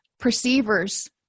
perceivers